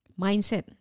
mindset